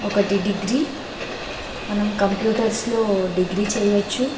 ఒకటి డిగ్రీ మనం కంప్యూటర్స్లో డిగ్రీ చేయొచ్చు